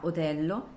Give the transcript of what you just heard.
Otello